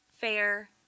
fair